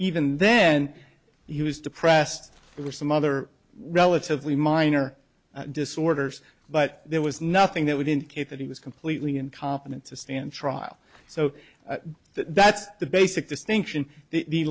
even then he was depressed or some other relatively minor disorders but there was nothing that would indicate that he was completely incompetent to stand trial so that's the basic distinction the